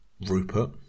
Rupert